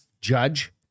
judge